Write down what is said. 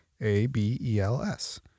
A-B-E-L-S